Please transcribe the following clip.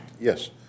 Yes